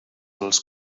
els